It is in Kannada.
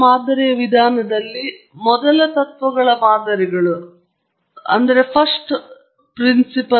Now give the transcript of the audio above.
ಕೆಲವು ಪದವು ಅರ್ಥವಾಗುವಂತಿಲ್ಲ ಅಥವಾ ಬರುವ ಶಬ್ದ ಕೊಡುಗೆಗಳ ವೈಶಾಲ್ಯ ಚೌಕದಿಂದ ವಿಭಾಗಿಸಲ್ಪಟ್ಟಿದೆ ನೀವು ವರ್ಗ ವೈಶಾಲ್ಯವನ್ನು ಹೇಳಬಹುದು ಚಾವಣಿಯ ಅಭಿಮಾನಿಗಳು ಮತ್ತು ಏರ್ ಕಂಡಿಷನರ್ಗಳಿಂದ ಹೀಗೆ